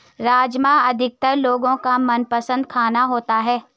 राजमा अधिकतर लोगो का मनपसंद खाना होता है